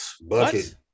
Bucket